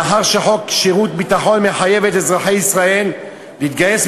מאחר שחוק שירות ביטחון מחייב את אזרחי ישראל להתגייס,